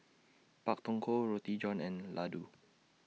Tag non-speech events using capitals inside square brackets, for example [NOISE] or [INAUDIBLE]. Pak Thong Ko Roti John and Laddu [NOISE]